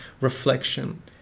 reflection